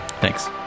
Thanks